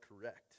correct